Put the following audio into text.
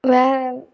வேறு